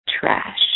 trash